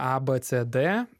a b c d